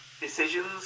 decisions